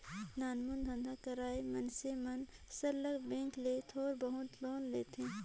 नानमुन धंधा करइया मइनसे मन सरलग बेंक ले थोर बहुत लोन लेथें